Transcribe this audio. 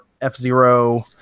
F-Zero